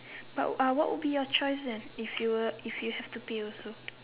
but uh what would be your choice then if you were if you have to pay also